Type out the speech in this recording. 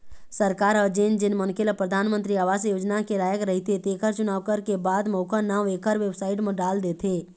सरकार ह जेन जेन मनखे ल परधानमंतरी आवास योजना के लायक रहिथे तेखर चुनाव करके बाद म ओखर नांव एखर बेबसाइट म डाल देथे